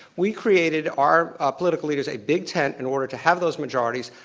we created, our ah political leaders, a big tent in order to have those majorities.